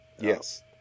Yes